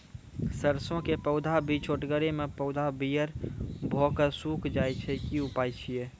सरसों के पौधा भी छोटगरे मे पौधा पीयर भो कऽ सूख जाय छै, की उपाय छियै?